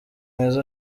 mwiza